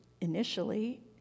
initially